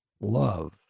love